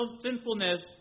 sinfulness